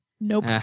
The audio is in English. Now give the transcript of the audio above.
nope